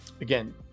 Again